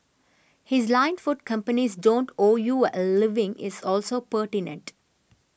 his line food companies don't owe you a living is also pertinent